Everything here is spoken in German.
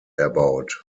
erbaut